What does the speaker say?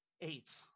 Eight